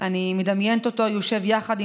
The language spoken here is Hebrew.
הראשונה ואני חוזר עכשיו,